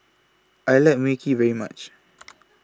I like Mui Kee very much